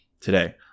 today